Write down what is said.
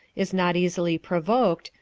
is not easily provoked,